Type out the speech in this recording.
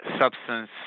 substance